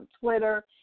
Twitter